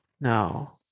No